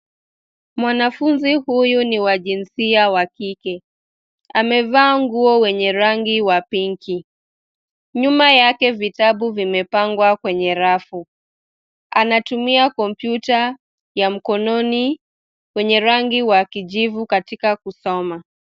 Mwanfunzi huyu ni wa jinsia wa kike. Amevaa nguo wenye rangi wa pinki. Nyuma yake vitabu vimepangwa kwenye rafu. Anatumia kompyuta ya mkononi wenye rangi wa kijivu katika kusoma.